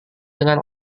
dengan